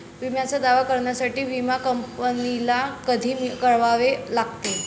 विम्याचा दावा करण्यासाठी विमा कंपनीला कधी कळवावे लागते?